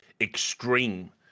extreme